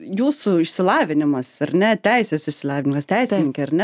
jūsų išsilavinimas ar ne teisės išsilavinimas teisininkė ar ne